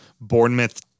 Bournemouth